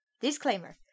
Disclaimer